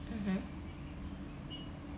mmhmm